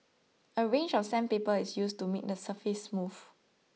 a range of sandpaper is used to make the surface smooth